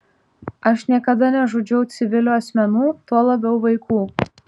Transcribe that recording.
aš niekada nežudžiau civilių asmenų tuo labiau vaikų